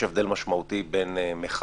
יש הבדל משמעותי בין מחאה,